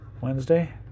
Wednesday